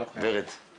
הישיבה